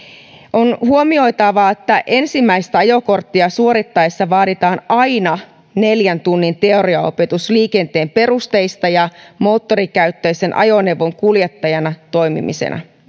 on huomioitava että ensimmäistä ajokorttia suoritettaessa vaaditaan aina neljän tunnin teoriaopetus liikenteen perusteista ja moottorikäyttöisen ajoneuvon kuljettajana toimimisesta